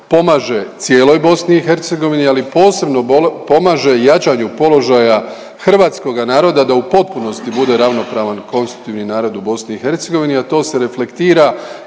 pomaže cijeloj BiH, ali posebno pomaže jačanju položaja hrvatskoga naroda da u potpunosti bude ravnopravan konstitutivni narod u BiH, a to se reflektira